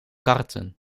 karten